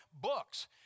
books